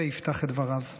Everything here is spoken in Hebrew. יפתח את דבריו בדברים אלה.